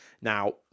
Now